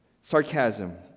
Sarcasm